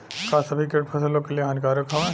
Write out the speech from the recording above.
का सभी कीट फसलों के लिए हानिकारक हवें?